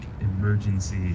emergency